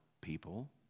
people